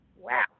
wow